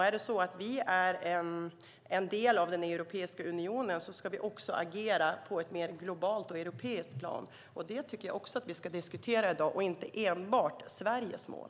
Är vi en del av Europeiska unionen ska vi också agera på ett mer globalt och europeiskt plan. Det tycker jag att vi ska diskutera i dag, och inte enbart Sveriges mål.